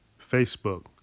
Facebook